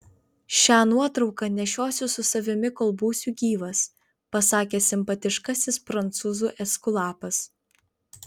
šią nuotrauką nešiosiu su savimi kol būsiu gyvas pasakė simpatiškasis prancūzų eskulapas